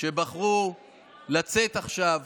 שבחרו לצאת עכשיו